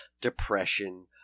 depression